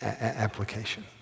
application